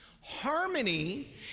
harmony